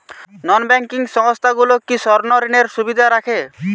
নন banking সংস্থাগুলো কি স্বর্ণঋণের সুবিধা রাখে?